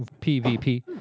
PvP